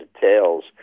details